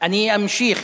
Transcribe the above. אני אמשיך.